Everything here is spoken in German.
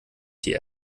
die